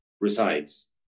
resides